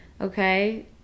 okay